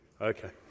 Okay